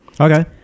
Okay